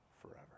forever